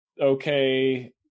okay